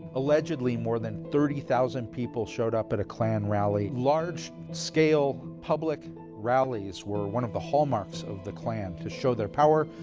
allegedly, more than thirty thousand people showed up at a klan rally. large scale public rallies were one of the hallmarks of the klan to show their power,